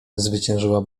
zwyciężyła